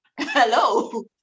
hello